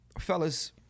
fellas